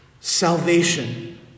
salvation